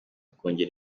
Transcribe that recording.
kongera